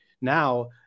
now